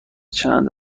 چند